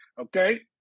okay